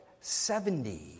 Seventy